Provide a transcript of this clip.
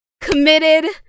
committed